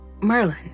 Merlin